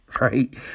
Right